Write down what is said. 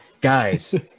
Guys